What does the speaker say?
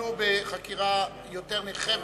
אפילו בחקירה יותר נרחבת.